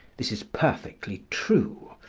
this is perfectly true.